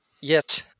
Yes